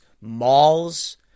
malls